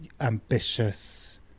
ambitious